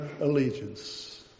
allegiance